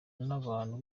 n’abantu